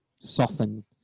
soften